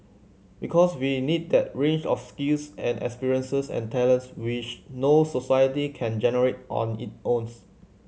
because we'll need that range of skills and experiences and talents which no society can generate on it owns